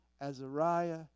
Azariah